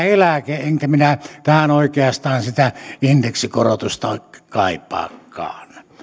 eläke enkä minä tähän oikeastaan sitä indeksikorotusta kaipaakaan